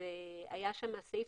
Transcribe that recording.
והיה שם סעיף